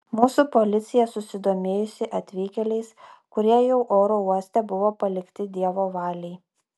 mūsų policija susidomėjusi atvykėliais kurie jau oro uoste buvo palikti dievo valiai